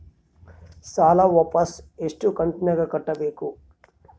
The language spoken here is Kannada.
ಸಾಲ ವಾಪಸ್ ಎಷ್ಟು ಕಂತಿನ್ಯಾಗ ಕಟ್ಟಬೇಕು?